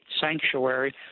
sanctuary